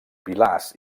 pilars